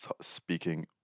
speaking